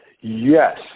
Yes